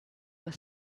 was